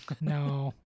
no